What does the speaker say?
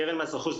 קרן מס רכוש,